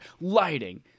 Lighting